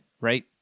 right